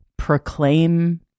proclaim